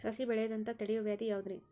ಸಸಿ ಬೆಳೆಯದಂತ ತಡಿಯೋ ವ್ಯಾಧಿ ಯಾವುದು ರಿ?